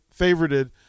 favorited